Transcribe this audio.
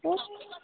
ए